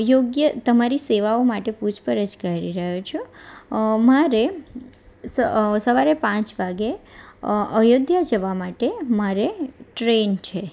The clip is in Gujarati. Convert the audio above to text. યોગ્ય તમારી સેવાઓ માટે પૂછપરછ કરી રહ્યો છું મારે સવારે પાંચ વાગ્યે અયોધ્યા જવા માટે મારે ટ્રેન છે